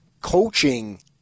Coaching